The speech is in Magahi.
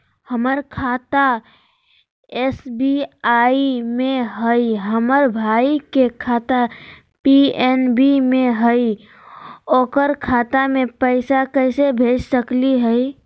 हमर खाता एस.बी.आई में हई, हमर भाई के खाता पी.एन.बी में हई, ओकर खाता में पैसा कैसे भेज सकली हई?